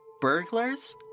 Burglars